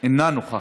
אינה נוכחת,